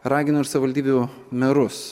ragino ir savivaldybių merus